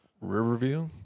Riverview